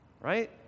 right